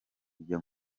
kujya